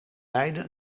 beide